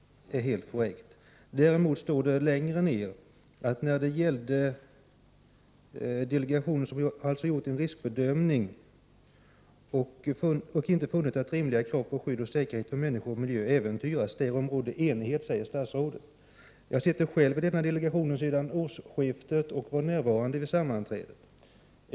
Längre ner i svaret står att delegationen gjort en riskbedömning och inte funnit att rimliga krav på skydd och säkerhet för människor och miljö äventyras. Därom rådde enighet, säger statsrådet. Jag sitter själv i denna delegation sedan årsskiftet och var närvarande vid sammanträdet.